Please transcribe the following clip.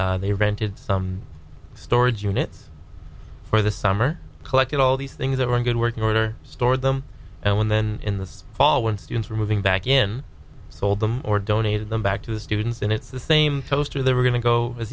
faculty they rented a storage unit for the summer collected all these things that were in good working order store them and when then in the fall when students were moving back in sold them or donated them back to the students and it's the same coaster they were going to go as